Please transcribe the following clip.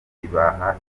ibaha